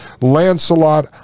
lancelot